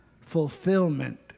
Fulfillment